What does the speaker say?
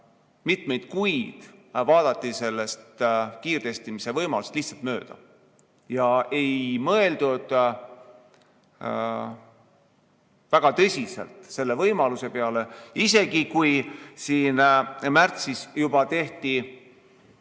mitmeid kuid vaadati kiirtestimise võimalusest lihtsalt mööda ja ei mõeldud väga tõsiselt selle võimaluse peale, isegi kui märtsis juba tehti